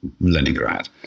Leningrad